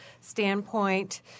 standpoint